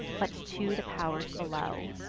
but to the pow'rs below.